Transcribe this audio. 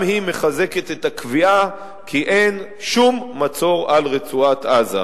גם היא מחזקת את הקביעה כי אין שום מצור על רצועת-עזה.